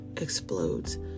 explodes